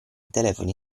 telefoni